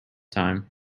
time